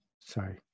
Sorry